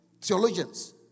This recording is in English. theologians